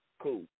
cool